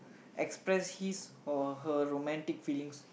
express his or her romantic feelings